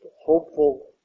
hopeful